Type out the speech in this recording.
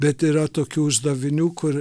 bet yra tokių uždavinių kur